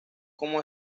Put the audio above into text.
como